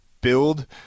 build